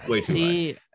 See